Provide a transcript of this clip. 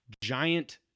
giant